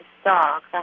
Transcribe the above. stocks